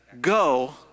go